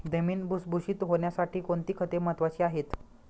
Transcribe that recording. जमीन भुसभुशीत होण्यासाठी कोणती खते महत्वाची आहेत?